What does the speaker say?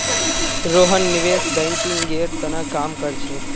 रोहन निवेश बैंकिंगेर त न काम कर छेक